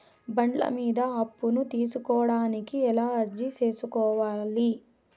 బండ్ల మీద అప్పును తీసుకోడానికి ఎలా అర్జీ సేసుకోవాలి?